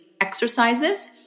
exercises